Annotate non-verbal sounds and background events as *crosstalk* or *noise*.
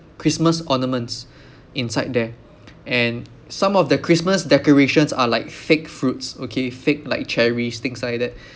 christmas ornaments inside there *noise* and some of the christmas decorations are like fake fruits okay fake like cherries things like that